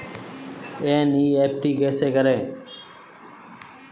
NEFT कैसे करें?